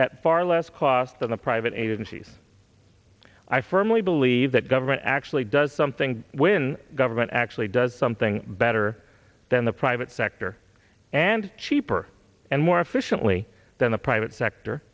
task at far less cost than the private agencies i firmly believe that government actually does i think when government actually does something better than the private sector and cheaper and more efficiently than the private sector